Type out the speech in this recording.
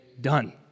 done